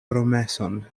promeson